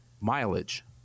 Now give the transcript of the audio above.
mileage